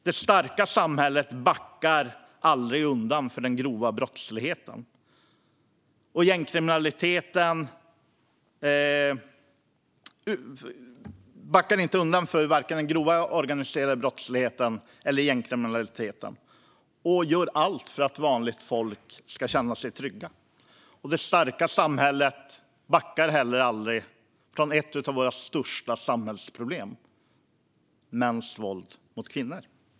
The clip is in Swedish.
Det starka samhället backar aldrig undan för vare sig den grova organiserade brottsligheten eller gängkriminaliteten och gör allt för att vanligt folk ska känna sig trygga. Det starka samhället backar heller aldrig från ett av våra största samhällsproblem, nämligen mäns våld mot kvinnor.